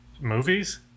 movies